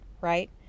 right